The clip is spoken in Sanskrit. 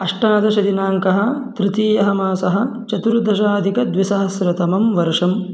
अष्टादशदिनाङ्कः तृतीयः मासः चतुर्दशाधिकद्विसहस्रतमं वर्षम्